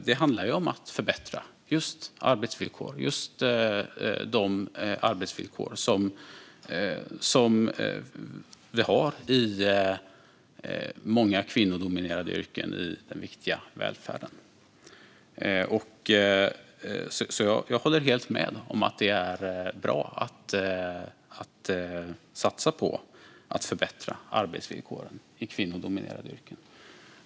Det handlar om att förbättra just de arbetsvillkor som vi har i många kvinnodominerade yrken i den viktiga välfärden. Jag håller helt med om att det är bra att satsa på att förbättra arbetsvillkoren i kvinnodominerade yrken.